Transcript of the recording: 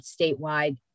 statewide